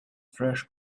fresh